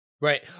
Right